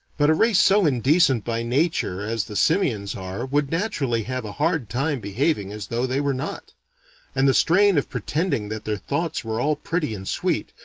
but a race so indecent by nature as the simians are would naturally have a hard time behaving as though they were not and the strain of pretending that their thoughts were all pretty and sweet,